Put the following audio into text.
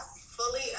fully